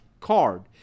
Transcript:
card